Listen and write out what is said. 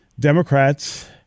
Democrats